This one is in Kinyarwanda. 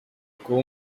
kuba